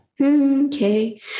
Okay